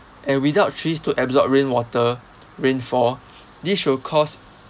and without trees to absorb rainwater rainfall this shall cause